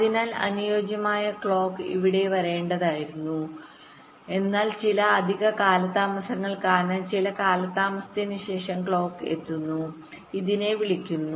അതിനാൽ അനുയോജ്യമായ ക്ലോക്ക് ഇവിടെ വരേണ്ടതായിരുന്നു എന്നാൽ ചില അധിക കാലതാമസങ്ങൾ കാരണം ചില കാലതാമസത്തിന് ശേഷം ക്ലോക്ക് എത്തുന്നു ഇതിനെ വിളിക്കുന്നു